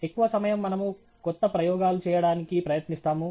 ఎక్కువ సమయం మనము కొత్త ప్రయోగాలు చేయడానికి ప్రయత్నిస్తాము